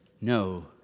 no